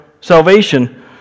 salvation